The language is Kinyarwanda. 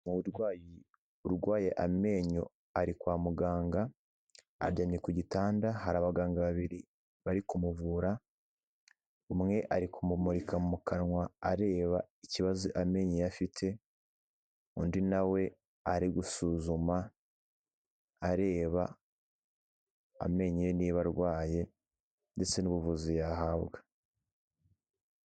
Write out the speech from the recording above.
Umurwayi urwaye amenyo ari kwa muganga aryamye ku gitanda, hari abaganga babiri bari kumuvura. Umwe ari kumumurika mu kanwa areba ikibazo amenyo ye afite, undi nawe ari gusuzuma areba amenyo ye niba arwaye ndetse n’ubuvuzi yahabwa.